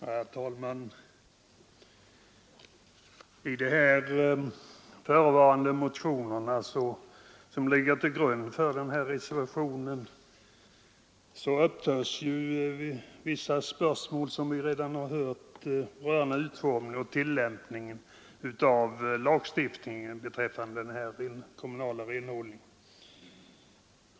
Herr talman! I de förevarande motionerna, som ligger till grund för reservationen, upptas vissa spörsmål, som vi redan har hört, rörande utformningen och tillämpningen av lagstiftningen beträffande den kommunala renhållningen.